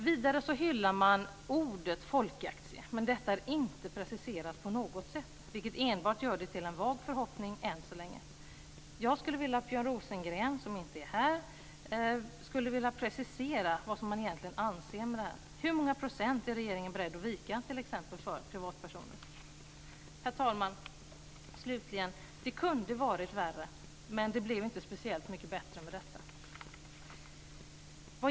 Vidare hyllar man ordet folkaktie. Men detta är inte preciserat på något sätt, vilket enbart gör det till en vag förhoppning än så länge. Jag skulle vilja att Björn Rosengren, som inte är här, preciserar vad man egentligen menar med detta. Hur många procent är regeringen beredd att vika t.ex. för privatpersoner? Herr talman! Slutligen vill jag säga att det kunde ha varit värre, men det blev inte speciellt mycket bättre med detta.